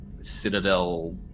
Citadel